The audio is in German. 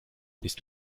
ist